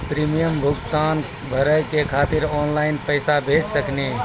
Premium भुगतान भरे के खातिर ऑनलाइन पैसा भेज सकनी?